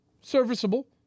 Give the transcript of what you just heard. serviceable